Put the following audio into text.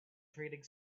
trading